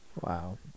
Wow